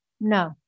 no